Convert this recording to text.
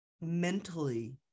mentally